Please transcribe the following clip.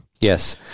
Yes